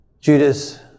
Judas